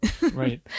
right